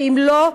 ואם לא,